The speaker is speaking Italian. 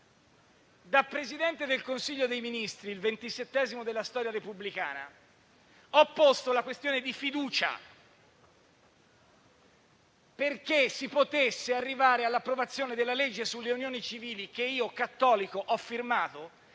Da Presidente del Consiglio dei ministri, il 27° della storia repubblicana, ho posto la questione di fiducia perché si potesse arrivare all'approvazione della legge sulle unioni civili, che io, cattolico, ho firmato,